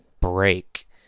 break